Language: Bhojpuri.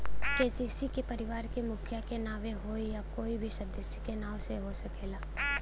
के.सी.सी का परिवार के मुखिया के नावे होई या कोई भी सदस्य के नाव से हो सकेला?